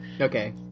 Okay